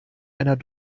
einer